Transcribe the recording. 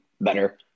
better